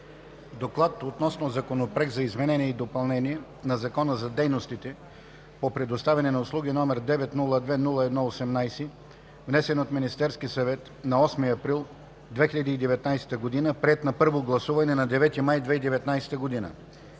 „Доклад относно Законопроект за изменение и допълнение на Закона за дейностите по предоставяне на услуги, № 902-01-18. Внесен е от Министерския съвет на 8 април 2019 г. Приет е на първо гласуване на 9 май 2019 г.